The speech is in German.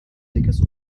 dickes